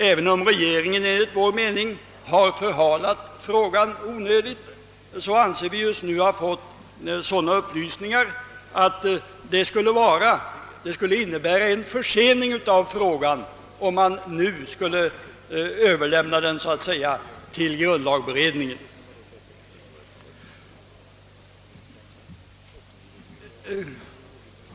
Även om regeringen enligt vår mening har förhalat frågan i onödan anser vi oss ha fått sådana upplysningar att det skulle innebära en försening av denna frågas lösning att nu överlämna den till grundlagberedningen.